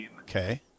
Okay